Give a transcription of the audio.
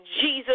Jesus